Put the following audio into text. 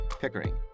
Pickering